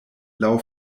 laŭ